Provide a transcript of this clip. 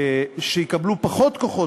שיקבלו פחות כוחות,